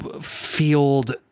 field